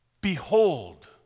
Behold